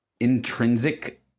Intrinsic